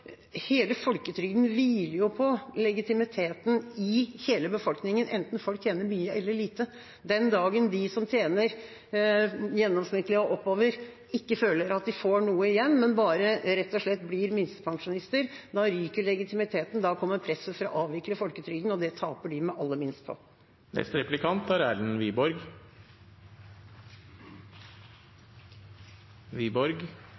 Hele folketrygden hviler jo på legitimiteten i hele befolkningen, enten folk tjener mye eller lite. Den dagen de som tjener gjennomsnittlig og oppover, ikke føler at de får noe igjen, men bare rett og slett blir minstepensjonister, ryker legitimiteten. Da kommer presset for å avvikle folketrygden, og det taper de med aller minst på. Først: Jeg er